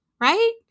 right